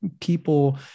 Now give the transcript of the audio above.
people